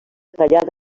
tallada